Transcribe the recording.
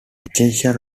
essential